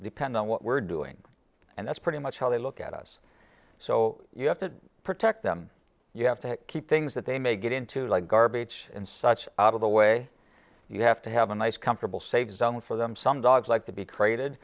depend on what we're doing and that's pretty much how they look at us so you have to protect them you have to keep things that they may get into like garbage and such out of the way you have to have a nice comfortable safe zone for them some dogs like to be crated